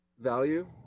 value